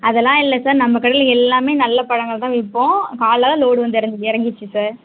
அதெல்லாம் இல்லை சார் நம்ம கடையில் எல்லாமே நல்ல பழங்கள் தான் விற்போம் காலைல தான் லோடு வந்து இறங்கு இறங்குச்சி சார்